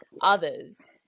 others